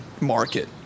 market